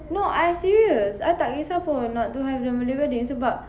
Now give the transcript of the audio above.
no I serious I tak kesah pun not to have the malay wedding sebab